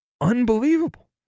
unbelievable